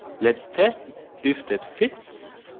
let's test if that fits.